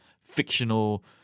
fictional